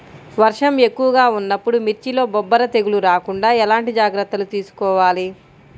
వర్షం ఎక్కువగా ఉన్నప్పుడు మిర్చిలో బొబ్బర తెగులు రాకుండా ఎలాంటి జాగ్రత్తలు తీసుకోవాలి?